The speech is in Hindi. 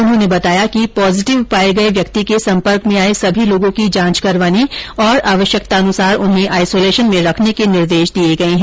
उन्होंने बताया कि पोजेटिव पाये गये व्यक्ति के सम्पर्क में आये सभी लोगों की जांच करवाने और आवश्यकतानुसार उन्हें आईसोलेशन में रखने के निर्देश दिए गए है